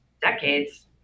decades